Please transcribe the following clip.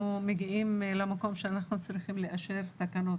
מגיעים למקום בו אנחנו צריכים לאשר תקנות.